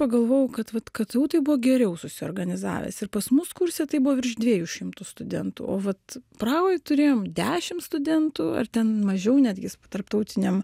pagalvojau kad vat ktu tai buvo geriau susiorganizavęs ir pas mus kurse tai buvo virš dviejų šimtų studentų o vat prahoj turėjom dešim studentų ar ten mažiau netgi tarptautiniam